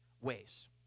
ways